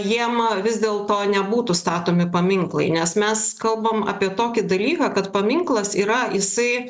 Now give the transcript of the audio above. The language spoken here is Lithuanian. jiem vis dėl to nebūtų statomi paminklai nes mes kalbam apie tokį dalyką kad paminklas yra jisai